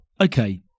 okay